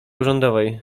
urzędowej